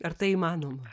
ar tai įmanoma